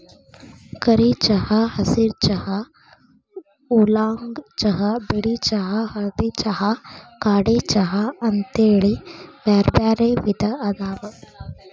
ಕರಿ ಚಹಾ, ಹಸಿರ ಚಹಾ, ಊಲಾಂಗ್ ಚಹಾ, ಬಿಳಿ ಚಹಾ, ಹಳದಿ ಚಹಾ, ಕಾಡೆ ಚಹಾ ಅಂತೇಳಿ ಬ್ಯಾರ್ಬ್ಯಾರೇ ವಿಧ ಅದಾವ